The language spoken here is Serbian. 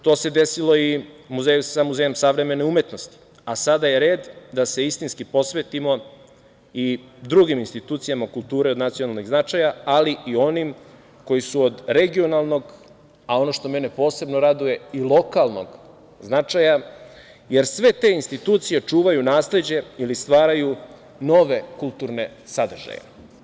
To se desilo i sa Muzejom savremene umetnosti, a sada je red da se istinski posvetimo i drugim institucijama kulture od nacionalnog značaja, ali i onim koji su od regionalnog, a ono što mene posebno raduje, i lokalnog značaja, jer sve te institucije čuvaju nasleđe ili stvaraju nove kulturne sadržaje.